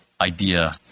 idea